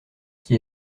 qui